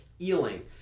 eeling